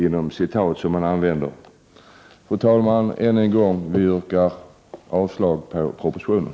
Fru talman! Än en gång yrkar jag avslag på hela propositionen.